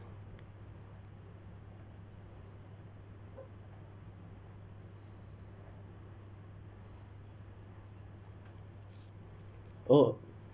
oh